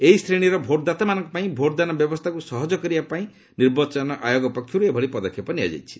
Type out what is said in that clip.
ଏହି ଶ୍ରେଣୀର ଭୋଟ୍ଦାତାମାନଙ୍କ ପାଇଁ ଭୋଟ୍ଦାନ ବ୍ୟବସ୍ଥାକୁ ସହଜ କରିବା ପାଇଁ ନିର୍ବାଚନ ଆୟାଗ ପକ୍ଷରୁ ଏଭଳି ପଦକ୍ଷେପ ନିଆଯାଇଛି